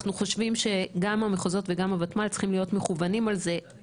אנחנו חושבים שגם המחוזות וגם הותמ"ל צריכים להיות מכוונים על זה.